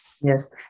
Yes